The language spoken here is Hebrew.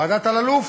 ועדת אלאלוף.